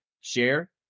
share